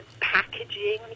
packaging